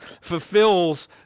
fulfills